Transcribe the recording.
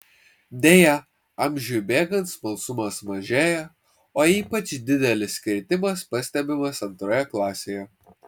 deja amžiui bėgant smalsumas mažėja o ypač didelis kritimas pastebimas antroje klasėje